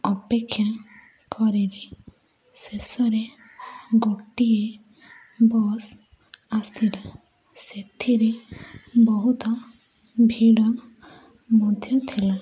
ଅପେକ୍ଷା କରିଲି ଶେଷରେ ଗୋଟିଏ ବସ୍ ଆସିଲା ସେଥିରେ ବହୁତ ଭିଡ଼ ମଧ୍ୟ ଥିଲା